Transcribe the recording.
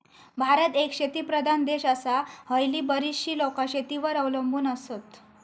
भारत एक शेतीप्रधान देश आसा, हयली बरीचशी लोकां शेतीवर अवलंबून आसत